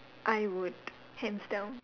I would hands down